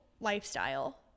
lifestyle